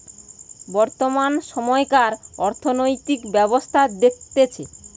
বর্তমান সময়কার অর্থনৈতিক ব্যবস্থা দেখতেছে